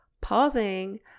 pausing